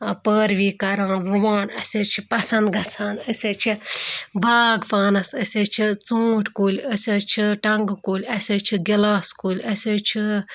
پٲروِی کَران رُوان اَسہِ حظ چھِ پَسنٛد گژھان أسۍ حظ چھِ باغ پانَس أسۍ حظ چھِ ژوٗنٛٹھۍ کُلۍ أسۍ حظ چھِ ٹنٛگہٕ کُلۍ اَسہِ حظ چھِ گِلاس کُلۍ اَسہِ حظ چھِ